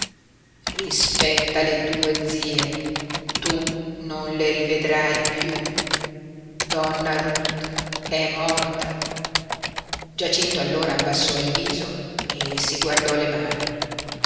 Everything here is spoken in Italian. rispetta le tue zie tu non le rivedrai piú donna ruth è morta giacinto allora abbassò il viso e si guardò le mani